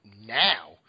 now